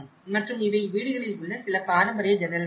மற்றும் இவை வீடுகளில் உள்ள சில பாரம்பரிய ஜன்னல்கள் ஆகும்